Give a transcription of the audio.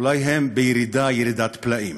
אולי הן בירידה, ירידת פלאים.